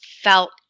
felt